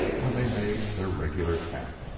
when they made their regular camp.